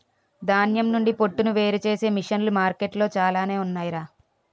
ధాన్యం నుండి పొట్టును వేరుచేసే మిసన్లు మార్కెట్లో చాలానే ఉన్నాయ్ రా